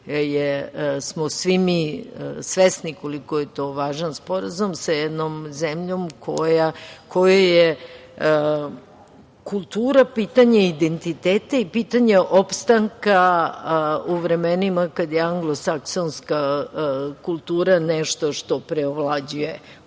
smo svi mi svesni koliko je to važan sporazum sa jednom zemljom kojoj je kultura pitanje identiteta i pitanje opstanka u vremenima kada je anglosaksonska kultura nešto što preovlađuje u